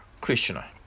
Krishna